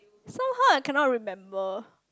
so how I cannot remember